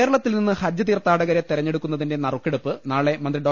കേരളത്തിൽ നിന്ന് ഹജ്ജ് തീർത്ഥാടകരെ തെരഞ്ഞെടുക്കുന്ന തിന്റെ നറുക്കെടുപ്പ് നാളെ മന്ത്രി ഡോ